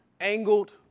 angled